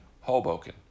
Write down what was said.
Hoboken